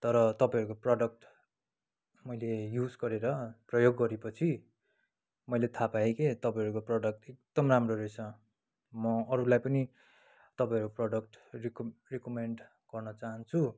तर तपाईँहरूको प्रोडक्ट मैले युज गरेर प्रयोग गरेपछि मैले थाहा पाएँ के तपाईँहरूको प्रोडक्ट एकदम राम्रो रहेछ म अरूलाई पनि तपाईँहरूको प्रोडक्ट रिक रिकमेन्ड गर्न चाहन्छु